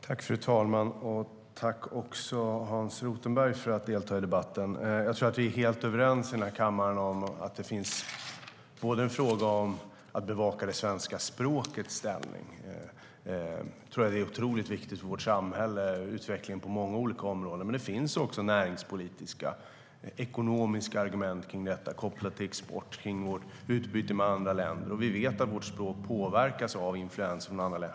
STYLEREF Kantrubrik \* MERGEFORMAT Svar på interpellationerJag tror att vi är helt överens i kammaren om att det finns en fråga om att bevaka det svenska språkets ställning. Jag tror att det är otroligt viktigt för vårt samhälle och utvecklingen på många olika områden. Det finns dock även näringspolitiska och ekonomiska argument för detta, kopplat till export och vårt utbyte med andra länder. Vi vet att vårt språk påverkas av influenser från andra länder.